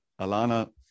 alana